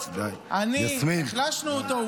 החלשתם אותו.